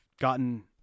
gotten